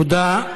תודה.